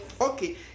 Okay